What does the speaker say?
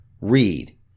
read